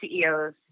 CEOs